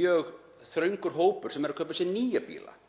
mjög þröngur hópur sem er að kaupa sér nýja bíla